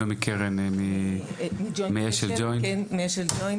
נעמי קרן מאשל-ג׳וינט, בבקשה.